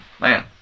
man